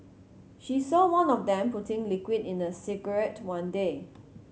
she saw one of them putting liquid in a cigarette one day